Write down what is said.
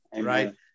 right